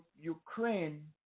Ukraine